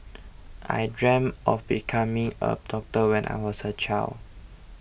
I dreamt of becoming a doctor when I was a child